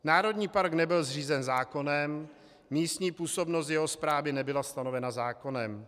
Národní park nebyl zřízen zákonem, místní působnost jeho správy nebyla stanovena zákonem.